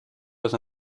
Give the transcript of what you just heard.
was